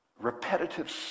repetitive